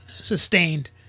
sustained